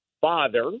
father